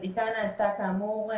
הבדיקה נעשתה כאמור,